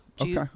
Okay